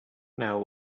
now